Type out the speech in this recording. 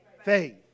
faith